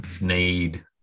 need